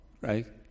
right